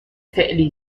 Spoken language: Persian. فعلی